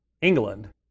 England